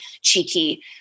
cheeky